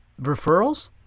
referrals